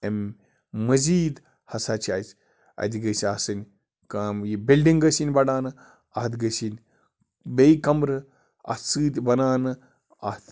اَمہِ مزیٖد ہَسا چھِ اَسہِ اَتہِ گٔژھۍ آسٕنۍ کَم یہِ بِلڈِنٛگ گٔژھ یِنۍ بَڑانہٕ اَتھ گٔژھ یِنۍ بیٚیہِ کَمرٕ اَتھ سۭتۍ بَناونہٕ اَتھ